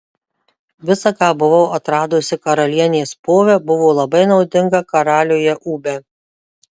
visa ką buvau atradusi karalienės pove buvo labai naudinga karaliuje ūbe